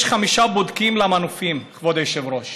יש חמישה בודקים למנופים, כבוד היושב-ראש.